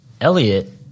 Elliot